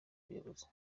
buyobozi